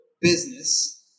business